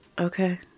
okay